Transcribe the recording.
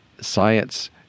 science